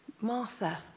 Martha